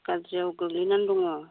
गाज्रियाव गोग्लैनानै दङ